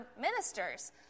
ministers